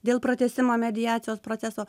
dėl pratęsimo mediacijos proceso